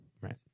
Right